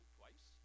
twice